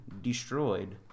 destroyed